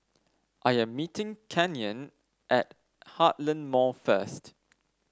I am meeting Canyon at Heartland Mall first